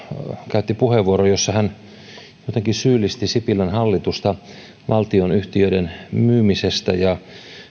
käytti puheenvuoron jossa hän jotenkin syyllisti sipilän hallitusta valtionyhtiöiden myymisestä ja